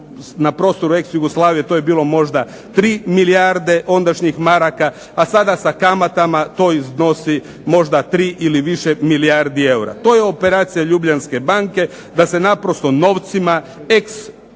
na prostoru ex-Jugoslavije to je bilo možda 3 milijarde ondašnjih maraka, a sada sa kamatama to iznosi možda 3 ili više milijardi eura. To je operacija Ljubljanske banke da se naprosto novcima